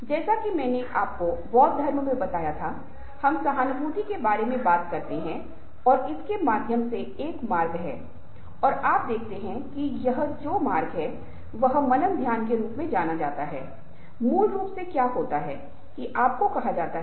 जिस कारण से मैं आपसे इस तथ्य के बारे में अवगत कराने के लिए बात कर रहा हूं वह संदर्भ बहुत महत्वपूर्ण है और यदि आप संदर्भ के प्रति संवेदनशीलता विकसित करते हैं तो आप एक प्रकार का स्मरण करते हैं ठीक है यह मेरे लिए इस विशेष संदर्भ में काम करने वाला है और किस संदर्भ में क्या कहना है क्या नहीं कहना है कैसे मनाएं या कैसे न मनाएं ये ऐसी बातें हैं जिनसे आप अवगत हो जाएंगे